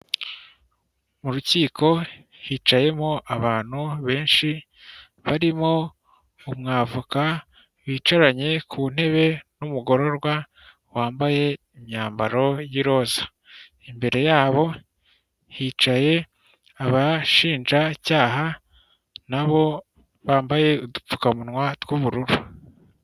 Mu rukiko hicayemo abantu benshi, barimo umwavoka, bicaranye ku ntebe n'umugororwa wambaye imyambaro y'iroza, Imbere yabo hicaye abashinjacyaha nabo bambaye udupfukamunwa tw'ubururu.